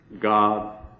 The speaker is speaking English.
God